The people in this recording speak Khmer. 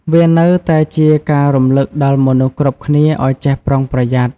វានៅតែជាការរំឭកដល់មនុស្សគ្រប់គ្នាឱ្យចេះប្រុងប្រយ័ត្ន។